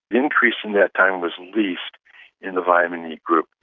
increase in that time was least in the vitamin e group.